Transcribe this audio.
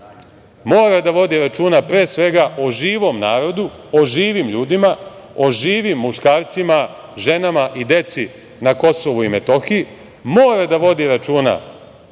mora da vodi računa pre svega o živom narodu, o živim ljudima, o živim muškarcima, ženama i deci na Kosovu i Metohiji, mora da vodi računa